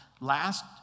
Last